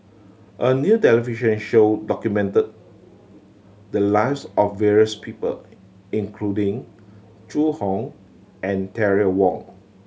a new television show documented the lives of various people including Zhu Hong and Terry Wong